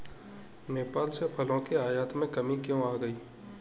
नेपाल से फलों के आयात में कमी क्यों आ गई?